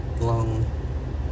Long